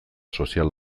sozial